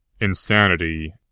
Insanity